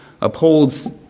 upholds